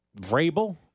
Vrabel